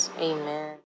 Amen